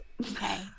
Okay